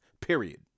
period